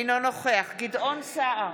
אינו נוכח גדעון סער,